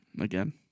Again